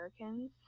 Americans